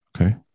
Okay